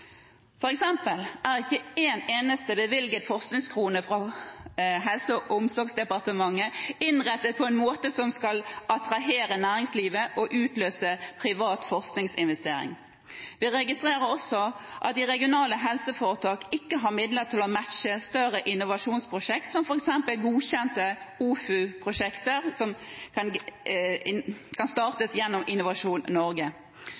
eksempel er ikke én eneste bevilget forskningskrone fra Helse- og omsorgsdepartementet innrettet på en måte som skal attrahere næringslivet og utløse privat forskningsinvestering. Vi registrerer også at de regionale helseforetakene ikke har midler til å matche større innovasjonsprosjekter som f.eks. godkjente OFU-prosjekter som kan startes gjennom Innovasjon Norge.